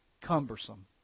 cumbersome